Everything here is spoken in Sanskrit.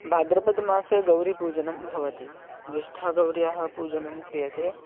भाद्रपदमासे गौरीपूजनं भवति ज्येष्ठाः गौर्याः पूजनं क्रियते